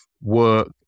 work